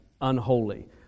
unholy